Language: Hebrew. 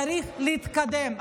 צריך להתקדם.